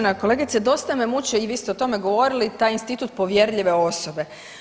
Uvažena kolegice, dosta me muči i vi ste o tome govorili, taj institut povjerljive osobe.